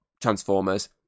Transformers